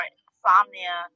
insomnia